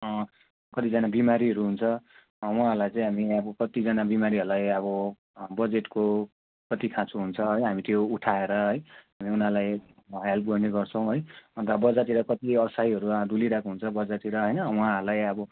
कतिजना बिमारीहरू हुन्छ उहाँहरूलाई चाहिँ हामी अब कतिजना बिमारीहरूलाई अब बजेटको कति खाँचो हुन्छ है हामी त्यो उठाएर है उनीहरूलाई हेल्प गर्ने गर्छौँ है अन्त बजारतिर कति असहायहरू डुलिरहेको हुन्छ बजारतिर हैन उहाँहरूलाई अबो